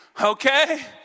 okay